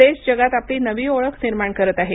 देश जगात आपली नवी ओळख निर्माण करत आहे